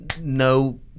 no